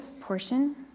portion